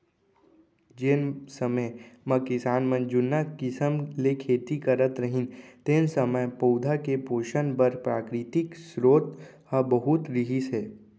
जेन समे म किसान मन जुन्ना किसम ले खेती करत रहिन तेन समय पउधा के पोसन बर प्राकृतिक सरोत ह बहुत रहिस हे